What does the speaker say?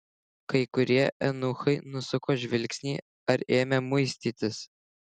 kai kurie eunuchai nusuko žvilgsnį ar ėmė muistytis